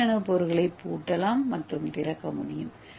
ஏ நானோபோர்களை பூட்டலாம் மற்றும் திறக்க முடியும்